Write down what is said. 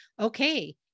okay